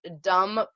dumb